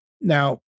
Now